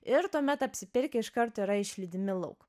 ir tuomet apsipirkę iš karto yra išlydimi lauk